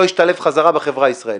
לא ישתלב בחזרה בחברה הישראלית.